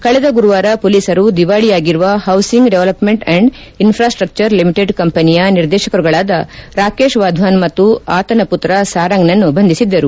ಕಳೆದ ಗುರುವಾರ ಪೊಲೀಸರು ದಿವಾಳಿಯಾಗಿರುವ housing development and infrastructure limited ಕಂಪನಿಯ ನಿರ್ದೇಶಕರುಗಳಾದ ರಾಖೇಶ್ ವಾದ್ವಾನ್ ಮತ್ತು ಆತನ ಪುತ್ರ ಸಾರಂಗ್ ನನ್ನು ಬಂಧಿಸಿದ್ದರು